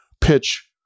pitch